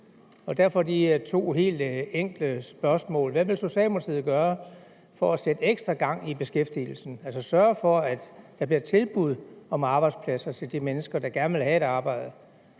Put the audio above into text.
Derfor er de to helt enkle spørgsmål: Hvad vil Socialdemokratiet gøre for at sætte ekstra gang i beskæftigelsen, altså sørge for, at der bliver tilbud om arbejdspladser til de mennesker, der gerne vil have et arbejde?